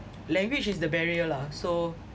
language is the barrier lah so